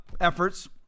efforts